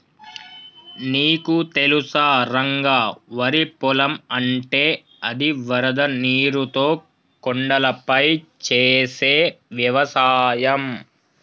నీకు తెలుసా రంగ వరి పొలం అంటే అది వరద నీరుతో కొండలపై చేసే వ్యవసాయం